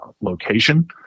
location